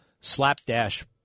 slapdash